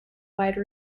wide